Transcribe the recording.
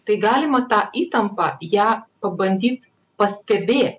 tai galima tą įtampą ją pabandyt pastebėt